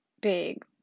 big